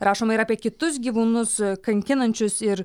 rašoma ir apie kitus gyvūnus kankinančius ir